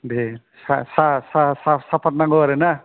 दे साहफाथ नांगौ आरोना